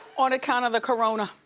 on account of the corona.